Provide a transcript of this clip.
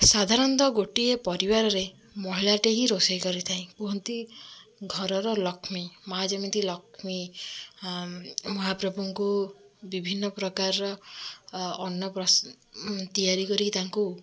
ସାଧାରଣତଃ ଗୋଟିଏ ପରିବାରରେ ମହିଳାଟିଏ ହିଁ ରୋଷେଇ କରିଥାଏ କୁହନ୍ତି ଘରର ଲକ୍ଷ୍ମୀ ମାଆ ଯେମିତି ଲକ୍ଷ୍ମୀ ମହାପ୍ରଭୁଙ୍କୁ ବିଭିନ୍ନ ପ୍ରକାରର ଅନ୍ନ ତିଆରି କରିକି ତାଙ୍କୁ